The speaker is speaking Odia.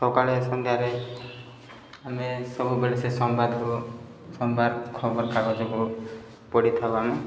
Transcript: ସକାଳେ ସନ୍ଧ୍ୟାରେ ଆମେ ସବୁବେଳେ ସେ ସମ୍ବାଦକୁ ସମ୍ବାଦ ଖବରକାଗଜକୁ ପଢ଼ିଥାଉ ଆମେ